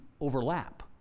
overlap